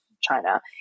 China